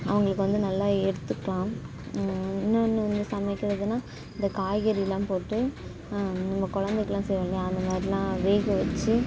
அவங்களுக்கு வந்து நல்லா எடுத்துக்கலாம் இன்னொன்று வந்து சமைக்கிறதுனா இந்த காய்கறியெலாம் போட்டு நம்ம குழந்தைக்கெல்லாம் செய்வோம் இல்லையா அதுமாதிரிலான் வேக வச்சு